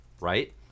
right